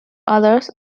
others